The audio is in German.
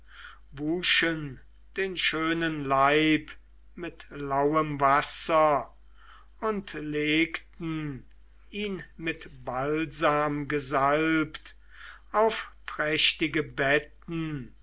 wuschen den schönen leib mit lauem wasser und legten ihn mit balsam gesalbt auf prächtige betten